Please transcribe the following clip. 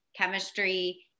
chemistry